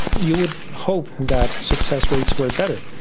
you would hope that success rates were better.